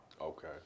Okay